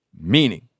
meaning